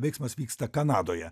veiksmas vyksta kanadoje